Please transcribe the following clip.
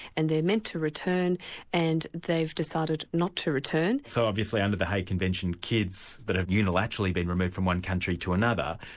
and they're meant to return and they've decided not to return. so obviously under the hague convention kids that have unilaterally been removed from one country to another,